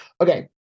Okay